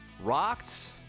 rocked